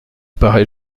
paraît